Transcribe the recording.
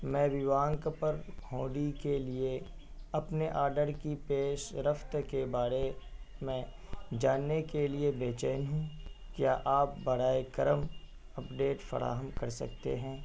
میں ووانک پر ہوڈی کے لیے اپنے آرڈر کی پیش رفت کے بارے میں جاننے کے لیے بےچین ہوں کیا آپ برائے کرم اپڈیٹ فراہم کر سکتے ہیں